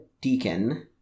deacon